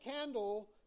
candle